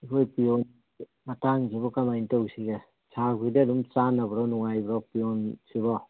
ꯑꯩꯈꯣꯏ ꯄꯤꯌꯣꯟ ꯃꯇꯥꯡꯁꯤꯕꯨ ꯀꯔꯝ ꯍꯥꯏꯅ ꯇꯧꯁꯤꯒꯦ ꯁꯥꯔ ꯍꯣꯏꯗꯤ ꯑꯗꯨꯝ ꯆꯥꯟꯅꯕ꯭ꯔꯣ ꯅꯨꯡꯉꯥꯏꯕ꯭ꯔꯣ ꯄꯤꯌꯣꯟꯁꯤꯕꯨ